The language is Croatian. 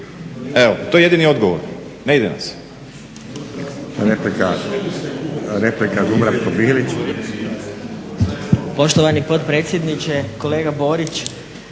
Evo, to je jedini odgovor. Ne ide nas.